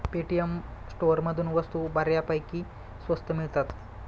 Paytm स्टोअरमधून वस्तू बऱ्यापैकी स्वस्त मिळतात